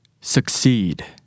succeed